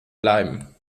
bleiben